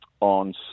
on